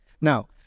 Now